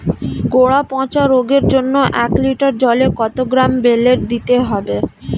গোড়া পচা রোগের জন্য এক লিটার জলে কত গ্রাম বেল্লের দিতে হবে?